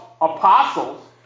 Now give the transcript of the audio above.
apostles